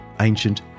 ancient